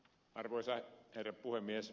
arvoisa herra puhemies